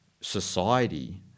society